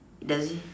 does he